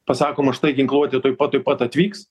pasakoma štai ginkluotė tuoj pat tuoj pat atvyks